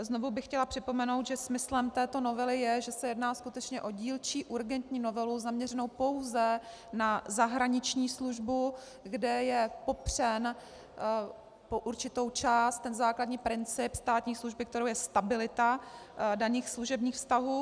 Znovu bych chtěla připomenout, že smyslem této novely je, že se jedná skutečně o dílčí urgentní novelu, zaměřenou pouze na zahraniční službu, kde je popřen po určitou část ten základní princip státní služby, kterou je stabilita daných služebních vztahů.